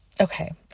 Okay